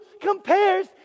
compares